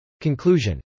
Conclusion